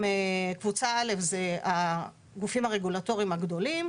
קבוצה א' - הגופים הרגולטוריים הגדולים.